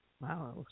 Wow